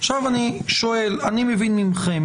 אני מבין מכם